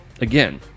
Again